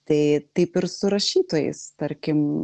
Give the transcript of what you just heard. tai taip ir su rašytojais tarkim